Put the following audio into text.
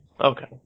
Okay